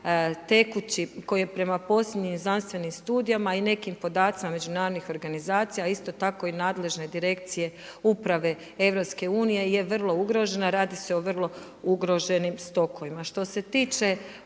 tekućim, koja prema posljednjim znanstvenim studijama i nekim podacima međunarodnih organizacija a isto tako i nadležne direkcije uprave EU-a je vrlo ugroženo, radi se o vrlo ugroženim stokovima.